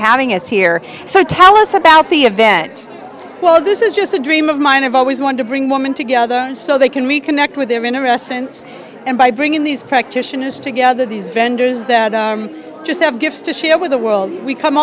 having us here so tell us about the event well this is just a dream of mine i've always wanted to bring women together so they can reconnect with their inner essence and by bringing these practitioners together these vendors that just have gifts to share with the world we come